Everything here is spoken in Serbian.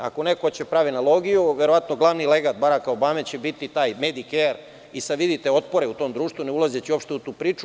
Ako neko hoće da pravi analogiju, verovatno glavni lekar Baraka Obame će biti taj medi-ker i sada vidite otpore u tom društvu, ne ulazeći uopšte u tu priču.